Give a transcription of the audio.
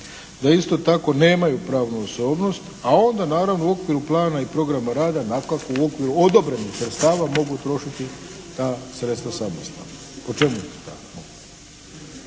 da isto tako nemaju pravnu osobnost, a onda naravno u okviru plana i programa rada dakako u okviru odobrenih sredstava mogu trošiti ta sredstva samostalno. Po čemu je to